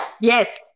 Yes